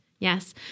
Yes